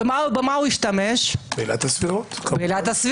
במה השתמש בעילת הסבירות.